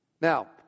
Now